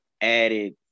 added